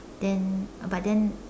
then but then